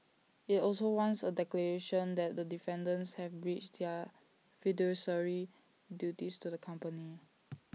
IT also wants A declaration that the defendants have breached their fiduciary duties to the company